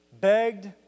begged